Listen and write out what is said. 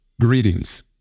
Greetings